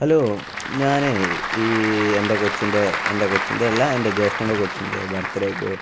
hello ഞാനേ ഈ എൻ്റെ കൊച്ചിൻ്റെ എൻ്റെ കൊച്ചിൻ്റെ അല്ല എൻ്റെ ജ്യേഷ്ഠന്റെ കൊച്ചിൻ്റെ ബർത്ത്ഡേയ്ക്ക്